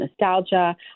nostalgia